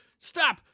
Stop